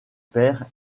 pairs